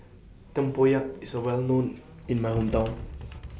Tempoyak IS A Well known in My Hometown